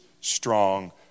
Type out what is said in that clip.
strong